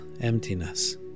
emptiness